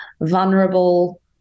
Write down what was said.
vulnerable